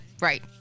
Right